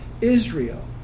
Israel